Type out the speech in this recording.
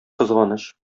кызганыч